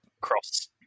Cross